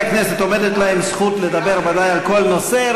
הכנסת עומדת הזכות לדבר ודאי על כל נושא,